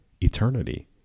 eternity